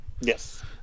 yes